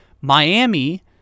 Miami